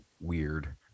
weird